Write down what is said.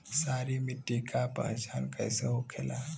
सारी मिट्टी का पहचान कैसे होखेला?